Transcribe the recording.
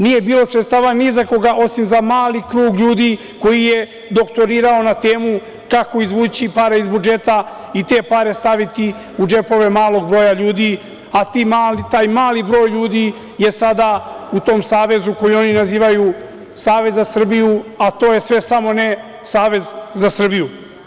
Nije bilo sredstava ni za koga, osim za mali krug ljudi koji je doktorirao na temu kako izvući pare iz budžeta i te pare staviti u džepove malog broja ljudi, a taj mali broj ljudi je sada u tom savezu koji oni nazivaju Savez za Srbiju, a to je sve samo ne savez za Srbiju.